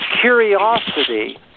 curiosity